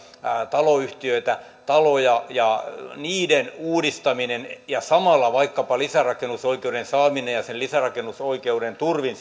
taloyhtiöitä taloja niiden uudistaminen ja samalla vaikkapa lisärakennusoikeuden saaminen ja sitten sen lisärakennusoikeuden turvin